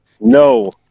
No